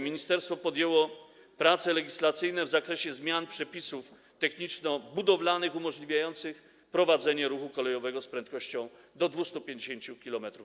Ministerstwo podjęło prace legislacyjne w zakresie zmian przepisów techniczno-budowlanych umożliwiających prowadzenie ruchu kolejowego z prędkością do 250 km/h.